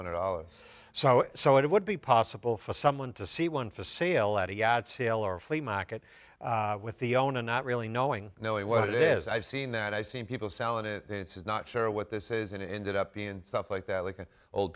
hundred dollars so so it would be possible for someone to see one for sale at a yard sale or flea market with the own and not really knowing you know what it is i've seen that i've seen people selling it it's not sure what this is and ended up being and stuff like that like an old